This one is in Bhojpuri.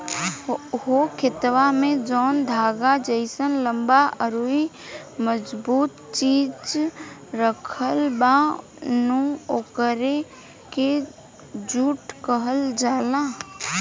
हो खेतवा में जौन धागा जइसन लम्बा अउरी मजबूत चीज राखल बा नु ओकरे के जुट कहल जाला